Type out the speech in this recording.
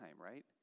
right